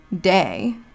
day